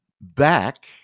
back